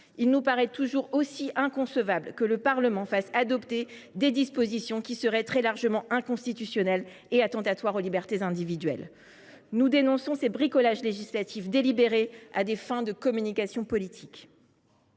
il nous paraît toujours aussi inconcevable que le Parlement adopte des dispositions qui seraient très largement inconstitutionnelles et attentatoires aux libertés individuelles. Il faut relire ! Nous dénonçons ces bricolages législatifs délibérés, entrepris à des fins de communication politique.